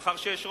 מאחר שיש רוב,